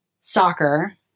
soccer